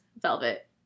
velvet